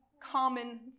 common